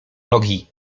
nogi